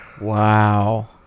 Wow